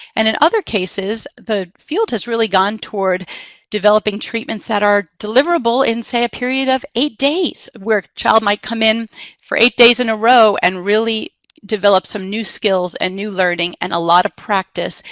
and in other cases, the field has really gone toward developing treatments that are deliverable in, say, a period of eight days, where a child might come in for eight days in a row and really develop some new skills and new learning and a lot of practice,